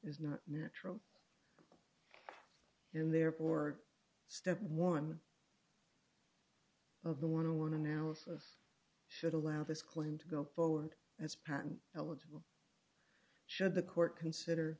is not natural and therefore step one of the one on one analysis should allow this claim to go forward as patent eligible should the court consider